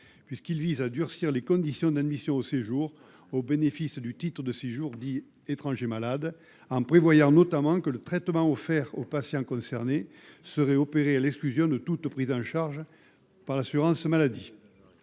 puisqu’il vise à durcir les conditions d’admission au séjour au bénéfice du titre de séjour dit étranger malade, en prévoyant notamment que le traitement soit dispensé aux patients concernés à l’exclusion de toute prise en charge par l’assurance maladie.